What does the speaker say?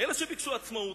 מאלה שביקשו עצמאות,